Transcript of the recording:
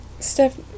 Steph